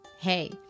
Hey